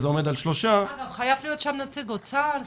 חייה להיות שם גם נציג אוצר?